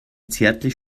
zärtlich